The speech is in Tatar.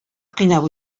кыйнап